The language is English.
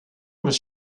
was